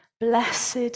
blessed